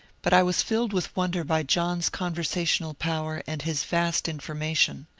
but i was filled with wonder by john's conversational power and his vast information.